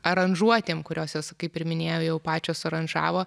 aranžuotėm kurios jos kaip ir minėjau jau pačios aranžavo